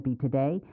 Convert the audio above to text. Today